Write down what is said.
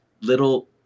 little